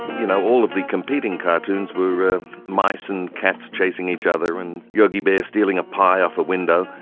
you know all of the competing cartoons were mice and cats chasing each other and yogi bear stealing a pie off a window.